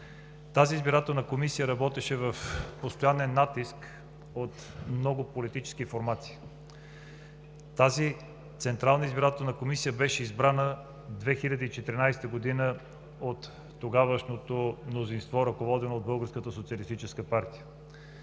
избирателна комисия работеше под постоянен натиск от много политически формации. Тази Централна избирателна комисия беше избрана през 2014 г. от тогавашното мнозинство, ръководено от